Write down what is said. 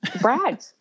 brag